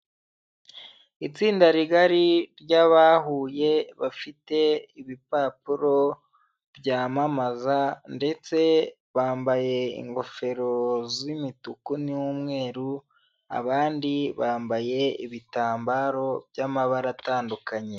Itsinda rigari ry'abahuye bafite ibipapuro byamamaza ndetse bambaye ingofero z'imituku n'umweru, abandi bambaye ibitambaro by'amabara atandukanye.